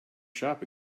shop